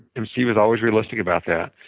and steve was always realistic about that.